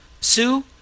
Sue